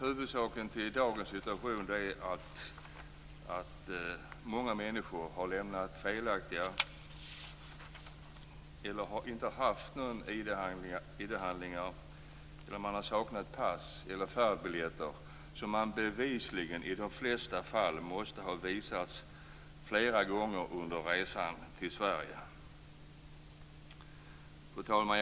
Huvudorsaken till dagens situation är att många människor har lämnat felaktiga ID-handlingar, inte har haft några ID-handlingar, saknat pass eller färdbiljetter som de bevisligen i de flesta fall måste ha visat flera gånger under resan till Sverige. Fru talman!